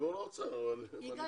בוזגלו.